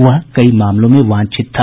वह कई मामलों में वांछित था